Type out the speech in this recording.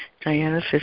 Diana